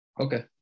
Okay